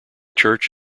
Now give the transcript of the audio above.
church